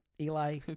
Eli